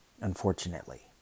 unfortunately